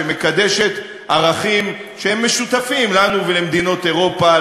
שמקדשת ערכים שהם משותפים לנו ולמדינות אירופה,